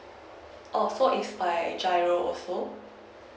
oh so it's via GIRO also